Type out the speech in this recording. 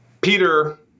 Peter